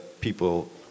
people